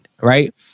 right